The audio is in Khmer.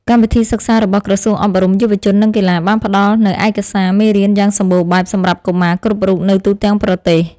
កម្មវិធីសិក្សារបស់ក្រសួងអប់រំ យុវជន និងកីឡា បានផ្តល់នូវឯកសារមេរៀនយ៉ាងសម្បូរបែបសម្រាប់កុមារគ្រប់រូបនៅទូទាំងប្រទេស។